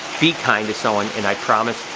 be kind to someone. and i promise,